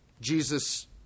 Jesus